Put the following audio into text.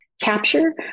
capture